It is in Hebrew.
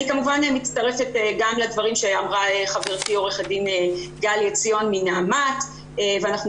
אני כמובן מצטרפת גם לדברים שאמרה חברתי עורכת דין גלי עציון מנעמ"ת ואנחנו